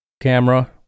camera